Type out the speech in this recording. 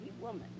woman